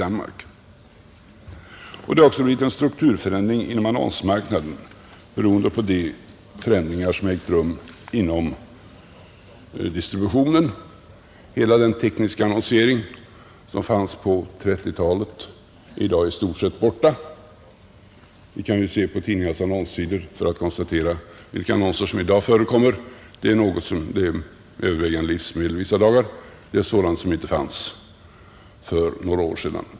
Det har också blivit en strukturförändring inom annonsmarknaden, beroende på de förändringar som ägt rum inom distributionen. Hela den tekniska annonsering som fanns på 1930-talet är i dag i stort sett borta. Vi kan se på tidningarnas annonssidor för att konstatera vilka annonser som i dag förekommer. Det är övervägande livsmedel vissa dagar — sådant som praktiskt taget inte fanns alls för några år sedan.